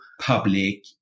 public